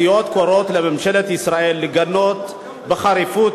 הסיעות קוראות לממשלת ישראל לגנות בחריפות